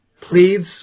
pleads